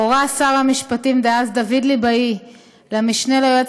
הורה שר המשפטים דאז דוד ליבאי למשנה ליועץ